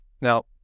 Now